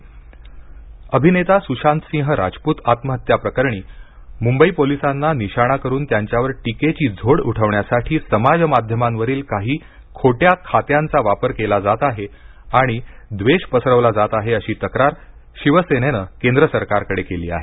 ठाकरे पत्र अभिनेता सुशांत सिंह राजपूत आत्महत्या प्रकरणी मुंबई पोलिसांना निशाणा करून त्यांच्यावर टीकेची झोड उठवण्यासाठी समाज माध्यमांवरील काही खोट्या खात्यांचा वापर केला जात आहे आणि द्वेष पसरवला जात आहे अशी तक्रार शिवसेनेनं केंद्र सरकारकडे केली आहे